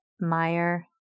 Meyer